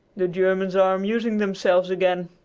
the germans are amusing themselves again.